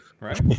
right